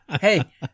hey